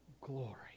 glory